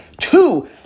two